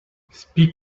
speak